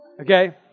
Okay